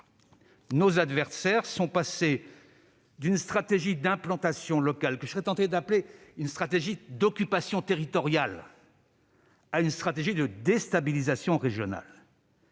nos adversaires sont passés d'une stratégie d'implantation locale que je serais tenté d'appeler « stratégie d'occupation territoriale » à une stratégie de déstabilisation régionale.